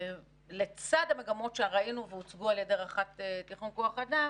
לצד המגמות שראינו והוצגו על-ידי רח"ט תכנון כוח אדם,